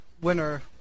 Winner